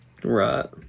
Right